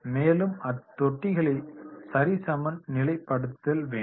மேலும் அத்தொட்டிகளை சரிசமன் நிலை படுத்தல் வேண்டும்